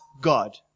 God